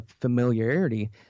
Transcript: familiarity